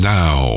now